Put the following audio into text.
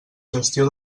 gestió